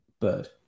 bird